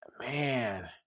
man